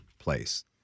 place